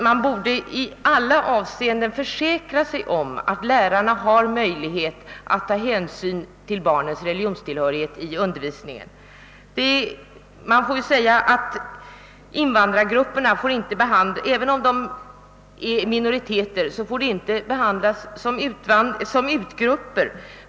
Vi borde försäkra oss om att lärarna har möjlighet att ta hänsyn till barnens religionstillhörighet. även om invandrargrupperna är minoriteter får de inte behandlas som »ut-grupper».